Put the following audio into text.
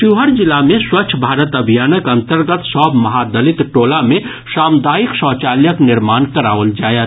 शिवहर जिले मे स्वच्छ भारत अभियानक अंतर्गत सभ महादलित टोला मे सामुदायिक शौचालयक निर्माण कराओल जायत